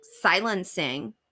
silencing